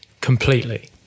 completely